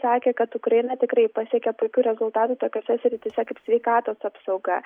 sakė kad ukraina tikrai pasiekė puikių rezultatų tokiose srityse kaip sveikatos apsauga